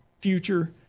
future